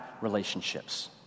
relationships